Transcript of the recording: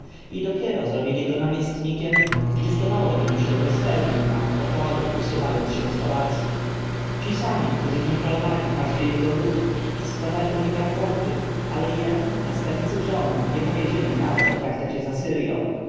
i dopiero zrobili go namiestnikiem gdy zdawało im się że spełnił akt pokory usuwając się z pałacu ci sami którzy kontrolowali każdy jego ruch składali o nim raporta ale jemu następcy tronu nie powiedzieli nawet o traktacie z